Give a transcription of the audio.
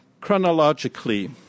chronologically